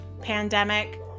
pandemic